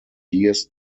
years